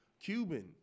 Cuban